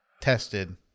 tested